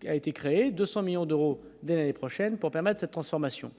qui a été créé 200 millions d'euros dès l'année prochaine pour permettre transformation